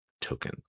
token